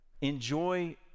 Enjoy